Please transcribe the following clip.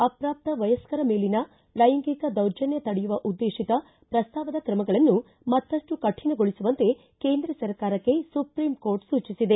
ಅಪಾಪ್ತ ವಯಸ್ಕರ ಮೇಲಿನ ಲೈಂಗಿಕ ದೌರ್ಜನ್ಯ ತಡೆಯುವ ಉದ್ದೇಶಿತ ಪ್ರಸ್ತಾವದ ಕ್ರಮಗಳನ್ನು ಮತ್ತಷ್ಟು ಕಠಿಣಗೊಳಿಸುವಂತೆ ಕೇಂದ್ರ ಸರ್ಕಾರಕ್ಕೆ ಸುಪ್ರೀಂಕೋರ್ಟ್ ಸೂಚಿಸಿದೆ